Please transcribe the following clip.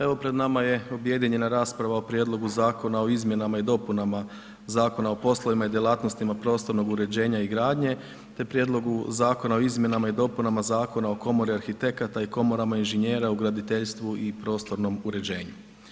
Evo pred nama je objedinjena rasprava o Prijedlogu zakona o izmjenama i dopunama Zakona o poslovima i djelatnostima prostornog uređenja i gradnje te Prijedlogu zakona o izmjenama i dopunama Zakon o komori arhitekata i komorama inženjera u graditeljstvu i prostornom uređenju.